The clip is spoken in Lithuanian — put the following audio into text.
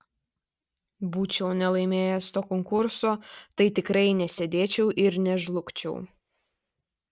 būčiau nelaimėjęs to konkurso tai tikrai nesėdėčiau ir nežlugčiau